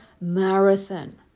marathon